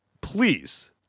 please